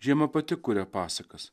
žiema pati kuria pasakas